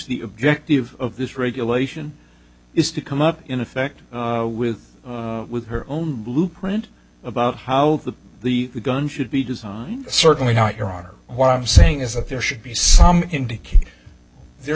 the objective of this regulation is to come up in effect with with her own blueprint about how the gun should be designed certainly not your honor what i'm saying is that there should be some